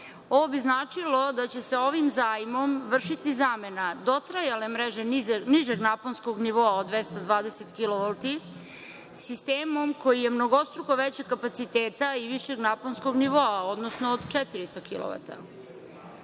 ovo bi značilo da će se ovim zajmom vršiti zamena dotrajale mreže nižeg naponskog nivoa od 220 kv, sistemom koji je mnogostruko većeg kapaciteta i višeg naponskog nivoa, odnosno od 400